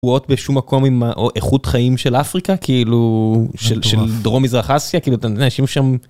בשום מקום עם איכות חיים של אפריקה כאילו של דרום מזרח אסיה כאילו אנשים שם